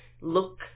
look